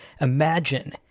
imagine